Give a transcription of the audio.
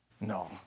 no